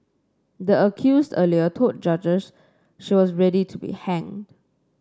the accused earlier told judges she was ready to be hanged